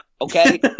Okay